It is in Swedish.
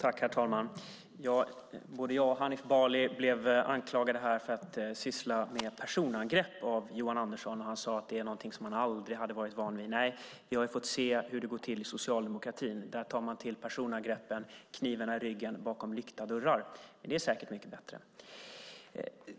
Herr talman! Både jag och Hanif Bali blev anklagade här för att syssla med personangrepp av Johan Andersson, och han sade att det är någonting som han aldrig varit van vid. Nej, vi har ju fått se hur det går till i socialdemokratin. Där tar man till personangreppen och knivarna i ryggen bakom lyckta dörrar, men det är säkert mycket bättre.